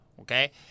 okay